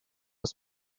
was